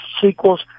sequels